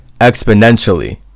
exponentially